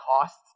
costs